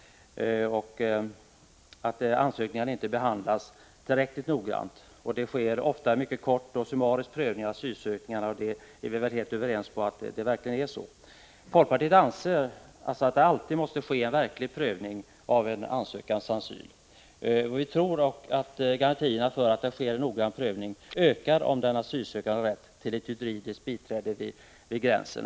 Ansökningarna behandlas inte tillräckligt noggrant. Det sker ofta en mycket kort och summarisk bedömning av asylansökningarna — att det är så är vi väl helt överens om. Folkpartiet anser att det alltid måste ske en verklig prövning av en ansökan om asyl. Vi tror dock att garantierna för att det sker en noggrann prövning ökar om den asylsökande har rätt till ett juridiskt biträde vid gränsen.